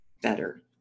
better